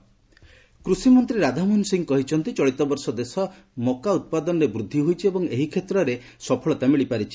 agriculture କୃଷି ମନ୍ତ୍ରୀ ରାଧାମୋହନ ସିଂ କହିଛନ୍ତି ଯେ ଚଳିତ ବର୍ଷ ଦେଶରେ ମକା ଉତ୍ପାଦନରେ ବୃଦ୍ଧି ହୋଇଛି ଏବଂ ଏହି କ୍ଷେତ୍ରରେ ସଫଳତା ମିଳିପାରିଛି